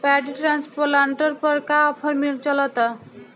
Paddy transplanter पर का offer चलता?